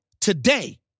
today